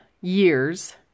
years